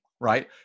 right